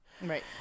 Right